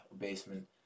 basement